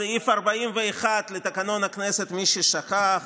סעיף 41 לתקנון הכנסת, למי ששכח,